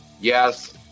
yes